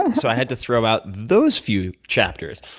um so, i had to throw out those few chapters.